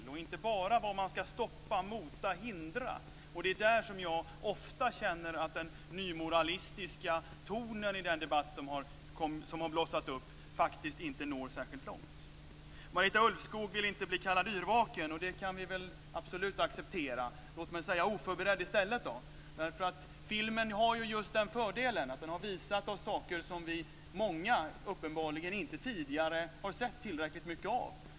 Det handlar inte bara om vad man ska stoppa, mota och hindra. Det är där som jag ofta känner att den nymoralistiska tonen i den debatt som har blossat upp faktiskt inte når särskilt långt. Marita Ulvskog vill inte bli kallad yrvaken. Det kan vi acceptera. Låt mig i stället säga oförberedd. Filmen har ju just den fördelen att den har visat oss saker som många uppenbarligen inte tidigare har sett tillräckligt mycket av.